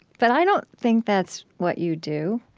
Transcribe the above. but i don't think that's what you do.